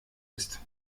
ist